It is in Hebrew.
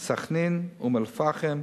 סח'נין, אום-אל-פחם,